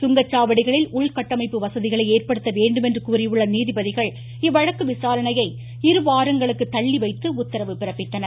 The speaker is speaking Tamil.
சுங்கச்சாவடிகளில் உள்கட்டமைப்பு வசதிகளை ஏற்படுத்த வேண்டும் என்று கூறியுள்ள நீதிபதிகள் இவ்வழக்கு விசாரணையை இருவாரங்களுக்கு தள்ளிவைத்து உத்தரவு பிறப்பித்தனர்